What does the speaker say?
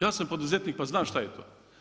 Ja sam poduzetnik pa znam šta je to.